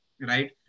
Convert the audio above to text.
right